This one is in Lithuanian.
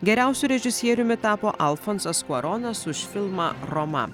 geriausiu režisieriumi tapo alfonsas kuaronas už filmą roma